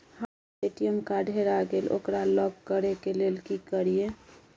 हमर ATM card हेरा गेल ओकरा लॉक करै के लेल की करियै?